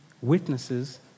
witnesses